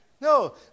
No